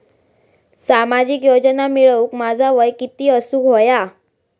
सामाजिक योजना मिळवूक माझा वय किती असूक व्हया?